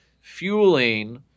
fueling